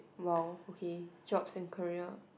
!wow! okay jobs and career